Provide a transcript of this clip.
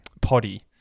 potty